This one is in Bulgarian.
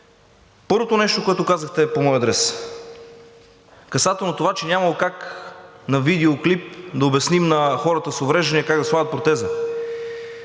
Първото нещо, което казахте, е по мой адрес касателно това, че нямало как на видеоклип да обясним на хората с увреждания как да слагат протеза.